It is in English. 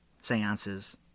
seances